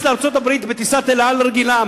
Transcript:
טס לארצות-הברית בטיסת "אל על" רגילה?